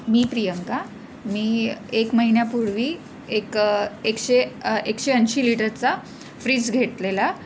मी प्रियंका मी एक महिन्यापूर्वी एक एकशे एकशे ऐंशी लिटरचा फ्रीज घेतलेला